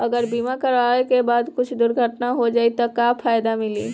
अगर बीमा करावे के बाद कुछ दुर्घटना हो जाई त का फायदा मिली?